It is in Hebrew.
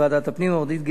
עורך-הדין גלעד קרן,